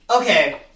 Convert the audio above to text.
Okay